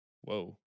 Whoa